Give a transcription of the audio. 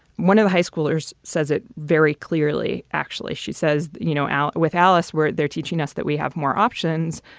one of the high schoolers says it very clearly. actually, she says, you know, out with alice, where they're teaching us that we have more options.